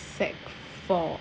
sec four